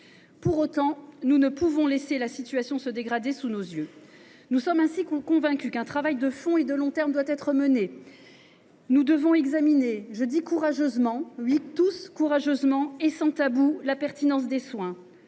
Pour autant, nous ne pouvons pas laisser la situation se dégrader encore sous nos yeux. Nous sommes ainsi convaincus qu’un travail de fond et de long terme doit être mené. Nous devons examiner courageusement et sans tabou la pertinence des soins.